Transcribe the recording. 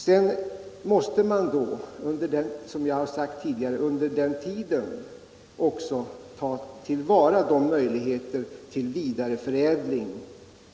Sedan måste man, som jag förut har sagt, under tiden också ta till vara möjligheterna till vidareförädling